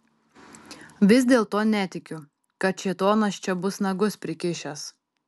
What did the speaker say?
vis dėlto netikiu kad šėtonas čia bus nagus prikišęs